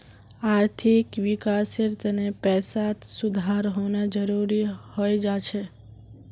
आर्थिक विकासेर तने पैसात सुधार होना जरुरी हय जा छे